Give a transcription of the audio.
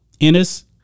Ennis